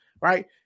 right